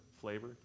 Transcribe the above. flavor